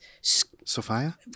Sophia